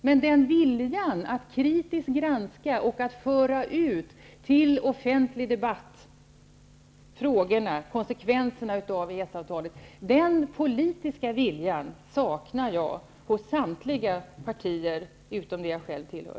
Men den politiska viljan att kritiskt granska och föra ut till offentlig debatt frågorna och konsekvenserna av EES-avtalet saknar jag hos samtliga partier utom det jag själv tillhör.